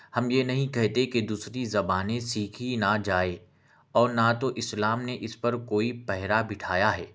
ہم یہ نہیں کہتے کہ دوسری زبانیں سیکھی نہ جائے اور نہ تو اسلام نے اس پر کوئی پہرا بٹھایا ہے